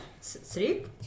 sleep